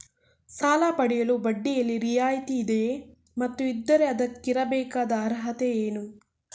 ಸಾಲ ಪಡೆಯಲು ಬಡ್ಡಿಯಲ್ಲಿ ರಿಯಾಯಿತಿ ಇದೆಯೇ ಮತ್ತು ಇದ್ದರೆ ಅದಕ್ಕಿರಬೇಕಾದ ಅರ್ಹತೆ ಏನು?